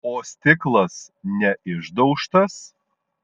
o stiklas neišdaužtas